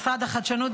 משרד החדשנות,